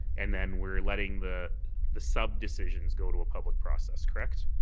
and then we're letting the the subdecision go to a public process, correct?